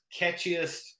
catchiest